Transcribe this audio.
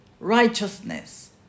Righteousness